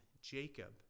Jacob